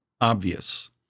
obvious